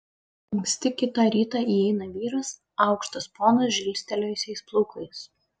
anksti kitą rytą įeina vyras aukštas ponas žilstelėjusiais plaukais